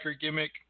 gimmick